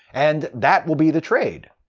and that will be the trade.